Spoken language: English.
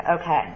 okay